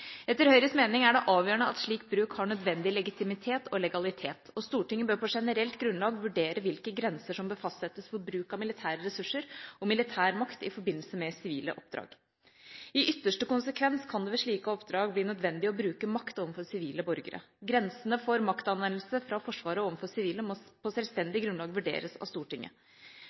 Etter Høyres mening er det avgjørende at slik bruk har nødvendig legitimitet og legalitet, og Stortinget bør på generelt grunnlag vurdere hvilke grenser som bør fastsettes for bruk av militære ressurser og militær makt i forbindelse med sivile oppdrag. I ytterste konsekvens kan det ved slike oppdrag bli nødvendig å bruke makt overfor sivile borgere. Grensene for maktanvendelse fra Forsvaret overfor sivile må på sjølstendig grunnlag vurderes av Stortinget.